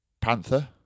Panther